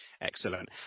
excellent